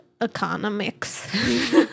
economics